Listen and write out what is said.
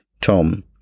Tom